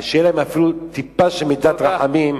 שתהיה להם טיפה של מידת רחמים,